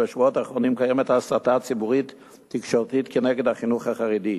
בשבועות האחרונים קיימת הסתה ציבורית תקשורתית נגד החינוך החרדי.